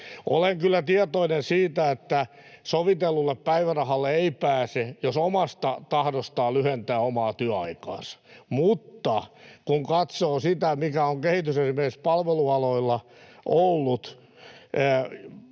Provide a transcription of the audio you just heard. Olen kyllä tietoinen siitä, että sovitellulle päivärahalle ei pääse, jos omasta tahdostaan lyhentää omaa työaikaansa, mutta kun katsoo sitä, mikä on kehitys esimerkiksi palvelualoilla ollut